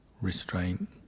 restraint